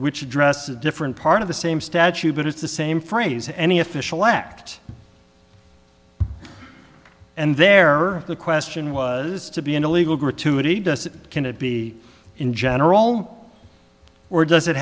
which address a different part of the same statute but it's the same phrase any official act and there are the question was to be an illegal gratuity does it can it be in general or does it